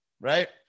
right